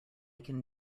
can